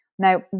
Now